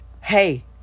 hey